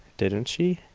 didn't she?